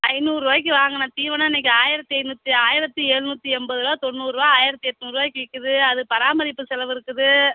ஐநூறுரூவாய்க்கி வாங்கின தீவனம் இன்றைக்கி ஆயிரத்து ஐநூற்றி ஆயிரத்து எழுநூத்தி எண்பது ருபா தொண்ணூறுரூவா ஆயிரத்து எட்நூறுரூவாய்க்கி விற்கிது அது பராமரிப்பு செலவு இருக்குது